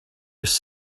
was